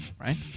right